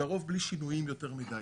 לרוב בלי שינויים יותר מדי.